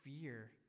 fear